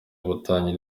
ubufatanye